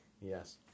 Yes